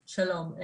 שלום.